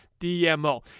DMO